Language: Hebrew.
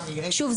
שוב,